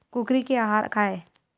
कुकरी के आहार काय?